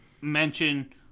mention